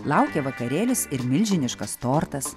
laukia vakarėlis ir milžiniškas tortas